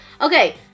Okay